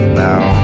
now